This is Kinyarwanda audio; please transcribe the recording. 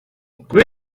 koko